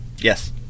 Yes